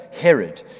Herod